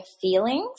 feelings